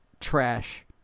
trash